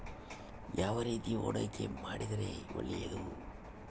ಯಾವ ರೇತಿ ಹೂಡಿಕೆ ಮಾಡಿದ್ರೆ ಒಳ್ಳೆಯದು?